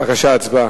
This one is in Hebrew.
בבקשה, הצבעה.